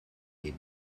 est